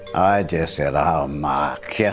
i just said, oh, mark. yeah